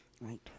right